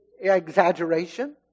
exaggeration